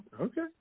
Okay